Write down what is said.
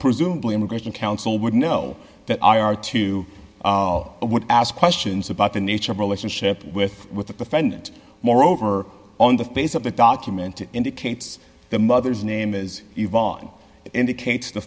presumably immigration counsel would know that i are to ask questions about the nature of relationship with with the friend and moreover on the face of the document it indicates the mother's name is yvonne indicates the